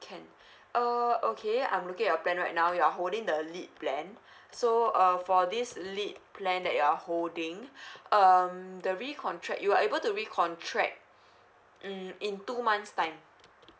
can uh okay I'm looking at your plan right now you are holding the lite plan so uh for this lite plan that you are holding um the recontract you are able to recontract mm in two months time